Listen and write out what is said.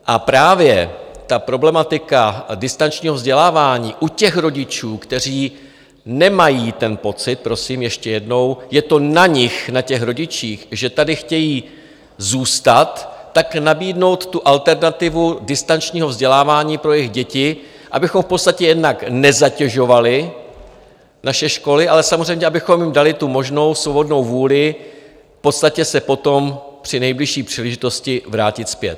A právě problematika distančního vzdělávání u rodičů, kteří nemají ten pocit prosím ještě jednou, je to na nich, na těch rodičích, že tady chtějí zůstat tak nabídnout alternativu distančního vzdělávání pro jejich děti, abychom v podstatě jednak nezatěžovali naše školy, ale samozřejmě abychom jim dali tu možnou svobodnou vůli v podstatě se potom při nejbližší příležitosti vrátit zpět.